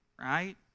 Right